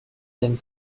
then